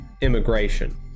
immigration